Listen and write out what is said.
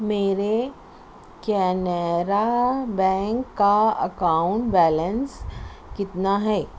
میرے کینرا بینک کا account balance کتنا ہے